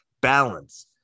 Balance